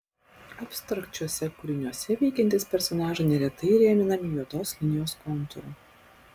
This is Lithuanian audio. abstrakčiuose kūriniuose veikiantys personažai neretai įrėminami juodos linijos kontūru